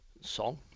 song